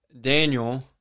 Daniel